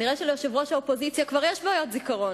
נראה שליושבת-ראש האופוזיציה כבר יש בעיות זיכרון,